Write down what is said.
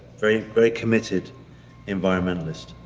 very very committed environmentalist.